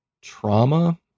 trauma